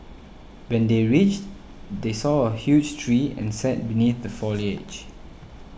when they reached they saw a huge tree and sat beneath the foliage